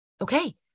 okay